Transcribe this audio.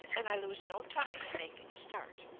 and i lose no time in making a start.